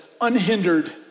unhindered